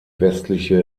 westliche